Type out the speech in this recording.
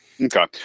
Okay